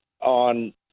on